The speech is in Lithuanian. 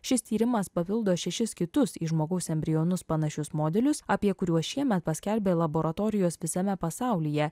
šis tyrimas papildo šešis kitus į žmogaus embrionus panašius modelius apie kuriuos šiemet paskelbė laboratorijos visame pasaulyje